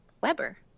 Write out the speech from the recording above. Weber